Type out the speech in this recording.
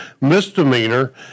misdemeanor